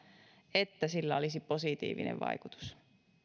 että sillä olisi positiivinen vaikutus